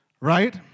Right